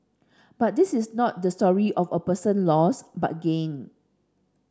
but this is not the story of a person loss but gain